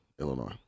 Illinois